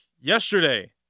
yesterday